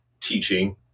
teaching